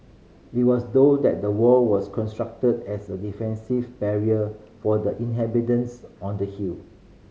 it was though that the wall was constructed as a defensive barrier for the inhabitants on the hill